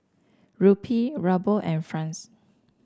Rupee Ruble and franc